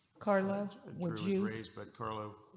carla would you raised by carlo.